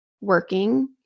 working